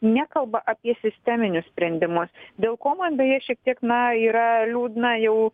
nekalba apie sisteminius sprendimus dėl ko man beje šiek tiek na yra liūdna jau